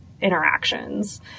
interactions